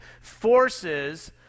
forces